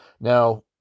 Now